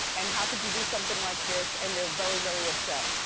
and how could you do something like this? and they're very very upset.